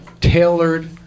tailored